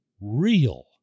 real